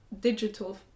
digital